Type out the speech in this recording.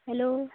hello